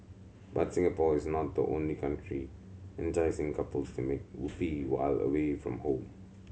but Singapore is not the only country enticing couples to make whoopee while away from home